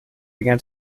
began